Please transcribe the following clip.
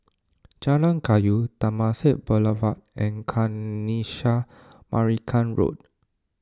Jalan Kayu Temasek Boulevard and Kanisha Marican Road